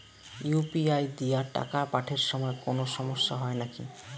UPI দিয়া টাকা পাঠের সময় কোনো সমস্যা হয় নাকি?